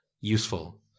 useful